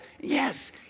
Yes